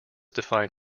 define